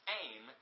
aim